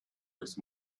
with